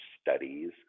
studies